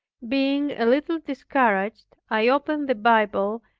being a little discouraged, i opened the bible,